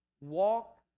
Walk